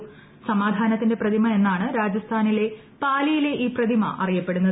സമാധാനത്തിന്റെ പ്രതിമ എന്നാണ് രാജസ്ഥാനിലെ പാലിയിലെ ഈ പ്രതിമ അറിയപ്പെടുന്നത്